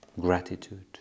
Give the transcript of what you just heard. gratitude